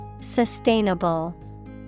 Sustainable